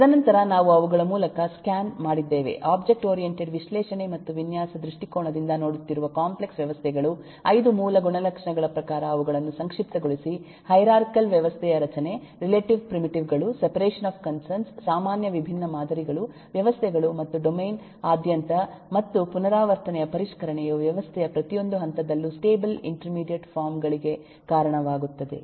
ತದನಂತರ ನಾವು ಅವುಗಳ ಮೂಲಕ ಸ್ಕ್ಯಾನ್ ಮಾಡಿದ್ದೇವೆ ಒಬ್ಜೆಕ್ಟ್ ಓರಿಯಂಟೆಡ್ ವಿಶ್ಲೇಷಣೆ ಮತ್ತು ವಿನ್ಯಾಸ ದೃಷ್ಟಿಕೋನದಿಂದ ನೋಡುತ್ತಿರುವ ಕಾಂಪ್ಲೆಕ್ಸ್ ವ್ಯವಸ್ಥೆಗಳು 5 ಮೂಲ ಗುಣಲಕ್ಷಣಗಳ ಪ್ರಕಾರ ಅವುಗಳನ್ನು ಸಂಕ್ಷಿಪ್ತಗೊಳಿಸಿ ಹೈರಾರ್ಚಿಕಲ್ ವ್ಯವಸ್ಥೆಯ ರಚನೆ ರಿಲೇಟಿವ್ ಪ್ರಿಮಿಟಿವ್ ಗಳು ಸೆಪರೇಷನ್ ಆಫ್ ಕನ್ಸರ್ನ್ಸ್ ಸಾಮಾನ್ಯ ವಿಭಿನ್ನ ಮಾದರಿಗಳು ವ್ಯವಸ್ಥೆಗಳು ಮತ್ತು ಡೊಮೇನ್ ಆದ್ಯಂತ ಮತ್ತು ಪುನರಾವರ್ತನೆಯ ಪರಿಷ್ಕರಣೆಯು ವ್ಯವಸ್ಥೆಯ ಪ್ರತಿಯೊಂದು ಹಂತದಲ್ಲೂ ಸ್ಟೇಬಲ್ ಇಂಟರ್ಮೀಡಿಯೇಟ್ ಫಾರಂ ಗಳಿಗೆ ಕಾರಣವಾಗುತ್ತದೆ